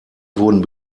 wurden